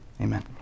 Amen